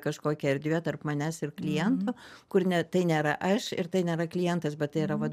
kažkokia erdvė tarp manęs ir kliento kur ne tai nėra aš ir tai nėra klientas bet tai yra vat